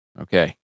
okay